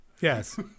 Yes